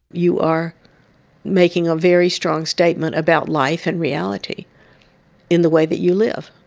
you are making a very strong statement about life and reality in the way that you live,